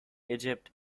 egypt